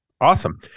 awesome